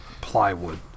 plywood